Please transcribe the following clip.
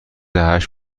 هشت